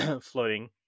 floating